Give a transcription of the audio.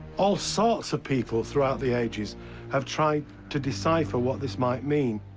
all sorts of people throughout the ages have tried to decipher what this might mean.